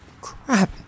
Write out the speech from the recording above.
crap